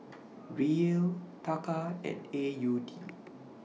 Riel Taka and A U D